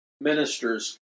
ministers